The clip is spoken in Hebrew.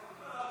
הסתייגות